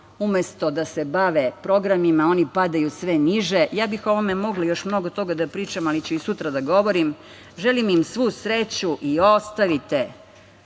Umesto da se bave programima, oni padaju sve niže. Ja bih o ovome mogla još mnogo toga da pričam, ali ću i sutra da govorim. Želim im svu sreću i ostavite